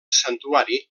santuari